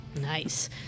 Nice